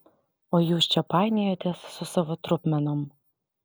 o jūs čia painiojatės su savo trupmenom